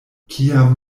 kiam